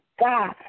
God